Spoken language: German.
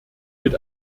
mit